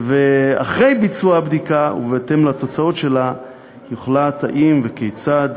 ואחרי ביצוע הבדיקה ובהתאם לתוצאות שלה יוחלט אם וכיצד